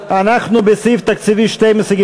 אנחנו בסעיף תקציבי: 12,